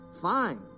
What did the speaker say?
fine